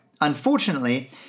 unfortunately